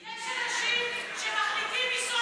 יש אנשים שמחליטים לעשן,